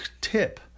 tip